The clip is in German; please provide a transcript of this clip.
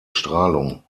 strahlung